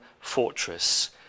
fortress